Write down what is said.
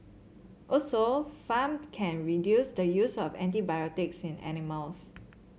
also farm can reduce the use of antibiotics in animals